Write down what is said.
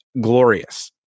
glorious